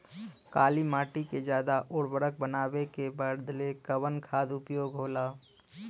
काली माटी के ज्यादा उर्वरक बनावे के बदे कवन खाद उपयोगी होला?